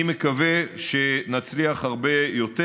אני מקווה שנצליח הרבה יותר.